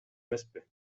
эмеспи